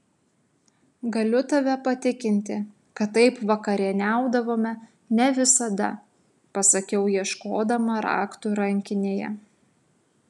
galiu tave patikinti kad taip vakarieniaudavome ne visada pasakiau ieškodama raktų rankinėje